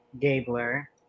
Gabler